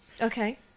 Okay